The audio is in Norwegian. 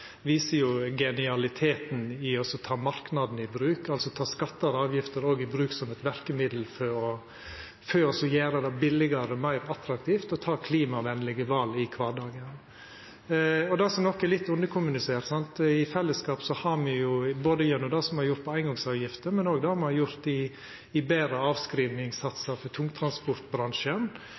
viser genialiteten i å ta marknaden i bruk, altså å ta skattar og avgifter òg i bruk som eit verkmiddel for å gjera det billigare og meir attraktivt å ta klimavennlege val i kvardagen. Det som nok er litt underkommunisert, er at det me i fellesskap har gjort med eingongsavgifter, men òg det me har gjort med betre avskrivingssatsar for tungtransportbransjen,